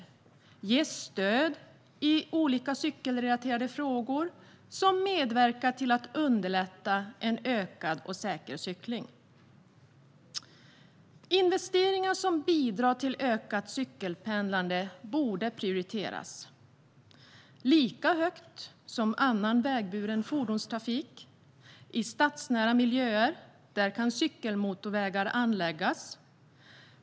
Det handlar om att ge stöd i olika cykelrelaterade frågor som medverkar till att underlätta en ökad och säker cykling. Investeringar som bidrar till ett ökat cykelpendlande borde prioriteras lika högt som annan vägburen fordonstrafik. I stadsnära miljöer kan cykelmotorvägar anläggas.